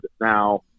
now